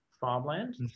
farmland